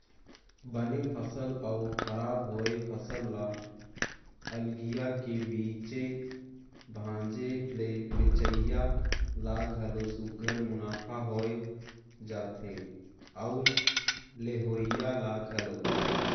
बने फसल अउ खराब होए फसल ल अलगिया के बेचे भांजे ले बेंचइया ल घलो सुग्घर मुनाफा होए जाथे अउ लेहोइया ल घलो